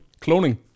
cloning